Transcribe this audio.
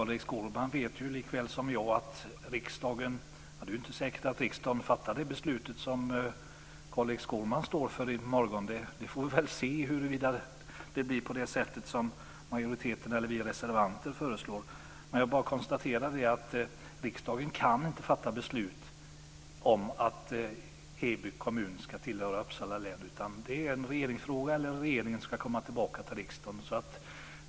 Fru talman! Det är inte säkert att riksdagen i morgon fattar det beslut som Carl-Erik Skårman står för. Vi får se huruvida det blir som majoriteten föreslår eller som vi reservanter föreslår. Riksdagen kan inte fatta beslut om att Heby kommun ska tillhöra Uppsala län. Det är en regeringsfråga. Regeringen ska komma tillbaka till riksdagen.